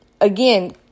again